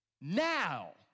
now